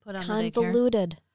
convoluted